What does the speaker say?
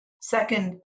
Second